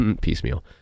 piecemeal